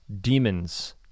Demons